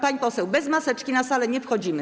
Pani poseł, bez maseczki na salę nie wchodzimy.